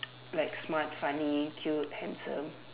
like smart funny cute handsome